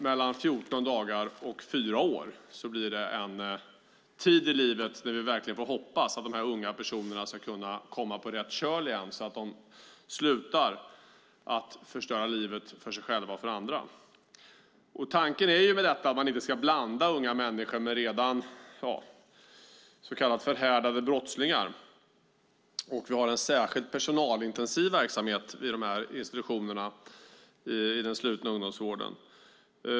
Det blir en tid i livet på mellan 14 dagar och fyra år då vi hoppas att dessa unga människor kommer på rätt köl och slutar förstöra livet för sig själv och andra. Tanken är att man inte ska blanda unga människor med redan så kallade förhärdade brottslingar. Man har en särskilt personalintensiv verksamhet i den slutna ungdomsvården.